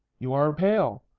you are pale.